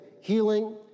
healing